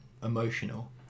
Emotional